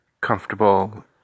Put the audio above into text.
comfortable